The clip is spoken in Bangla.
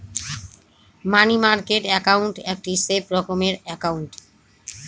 মানি মার্কেট একাউন্ট একটি সেফ রকমের একাউন্ট